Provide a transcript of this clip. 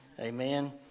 Amen